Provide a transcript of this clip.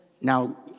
Now